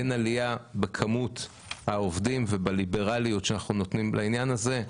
אין עלייה בכמות העובדים ובליברליות שאנחנו נותנים לעניין הזה.